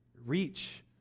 reach